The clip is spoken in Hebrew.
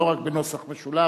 לא רק בנוסח משולב,